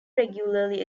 regularly